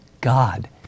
God